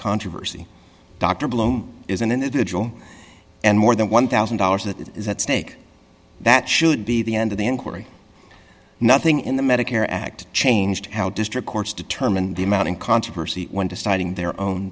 controversy dr bloom is an individual and more than one thousand dollars that is at stake that should be the end of the inquiry nothing in the medicare act changed how district courts determine the amount in controversy when deciding their own